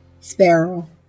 sparrow